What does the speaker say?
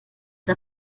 der